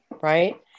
Right